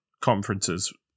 conferences